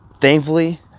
Thankfully